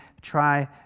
try